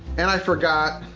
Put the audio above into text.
and i forgot